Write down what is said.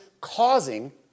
causing